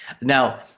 Now